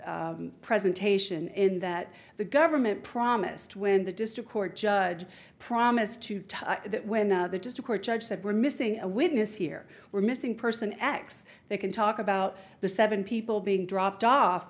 funny's presentation in that the government promised when the district court judge promised to when the just a court judge said we're missing a witness here we're missing person x they can talk about the seven people being dropped off